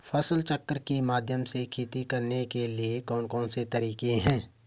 फसल चक्र के माध्यम से खेती करने के लिए कौन कौन से तरीके हैं?